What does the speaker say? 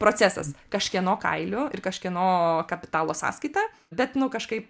procesas kažkieno kailiu ir kažkieno kapitalo sąskaita bet nu kažkaip